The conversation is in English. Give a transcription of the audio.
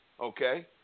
okay